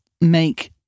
make